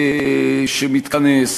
ומשמעותיים, שמאפשרים,